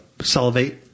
salivate